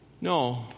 No